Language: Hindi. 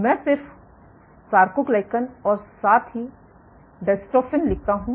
मैं सिर्फ सारकोग्लाकन और साथ ही डायस्ट्रोफिन लिखता हूँ